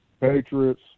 Patriots